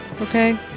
Okay